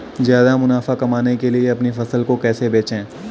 ज्यादा मुनाफा कमाने के लिए अपनी फसल को कैसे बेचें?